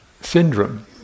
syndrome